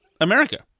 America